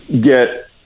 get